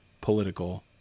political